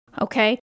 Okay